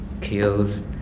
kills